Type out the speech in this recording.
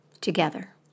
together